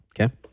Okay